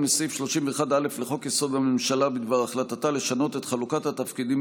לסעיף 31(א) לחוק-יסוד: הממשלה בדבר החלטה לשנות את חלוקת התפקידים